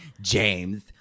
James